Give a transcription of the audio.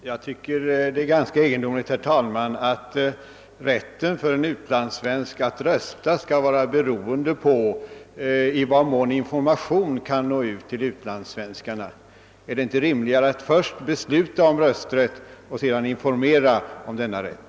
Herr talman! Jag tycker att det är egendomligt att utlandssvenskarnas rätt att rösta skall vara beroende av i vad mån information kan nå ut till dem. Är det inte rimligare att först besluta om rösträtt och sedan informera om denna rätt?